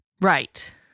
Right